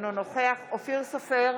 אינו נוכח אופיר סופר,